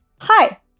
Hi